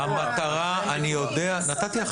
אני יודע.